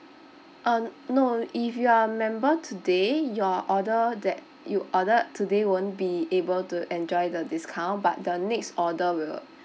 um no if you are a member today your order that you ordered today won't be able to enjoy the discount but the next order will